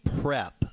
prep